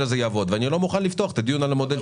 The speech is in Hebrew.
הזה יעבוד ואני לא מוכן לפתוח את הדיון שוב על המודל.